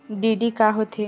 DD का होथे?